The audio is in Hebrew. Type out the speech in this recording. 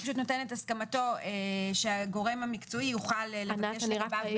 הוא פשוט נותן את הסכמתו שהגורם המקצועי יוכל לבקש לגביו מידע.